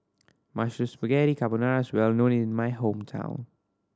Mushroom Spaghetti Carbonara is well known in my hometown